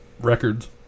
records